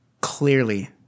Clearly